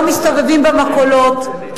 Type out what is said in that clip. לא מסתובבים במכולות,